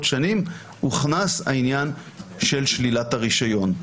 שנים הוכנס העניין של שלילת הרישיון.